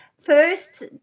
First